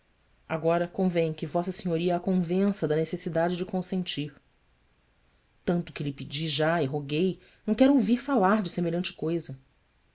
agora convém que v s a convença da necessidade de consentir anto que lhe pedi já e roguei não quer ouvir falar de semelhante coisa